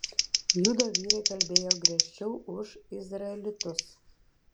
judo vyrai kalbėjo griežčiau už izraelitus